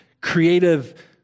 creative